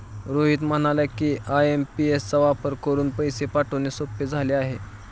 रोहित म्हणाला की, आय.एम.पी.एस चा वापर करून पैसे पाठवणे सोपे झाले आहे